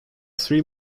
three